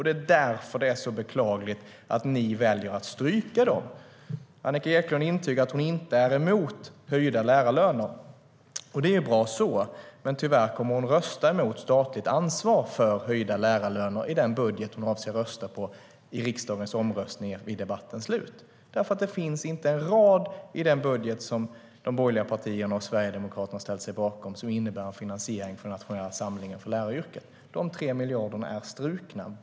Det är därför som det är så beklagligt att ni väljer att stryka dem. Annika Eclund intygar att hon inte är emot höjda lärarlöner. Det är bra så. Men tyvärr kommer hon att rösta mot ett statligt ansvar för höjda lärarlöner i den budget som hon avser att rösta på vid riksdagens omröstning efter debattens slut. Det finns nämligen inte en rad i den budget som de borgerliga partierna och Sverigedemokraterna har ställt sig bakom som innebär en finansiering av den nationella samlingen för läraryrket. Dessa 3 miljarder är strukna.